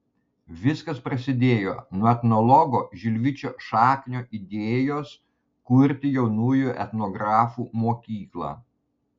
viskas prasidėjo nuo etnologo žilvičio šaknio idėjos kurti jaunųjų etnografų mokyklą